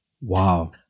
Wow